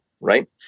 right